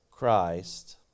Christ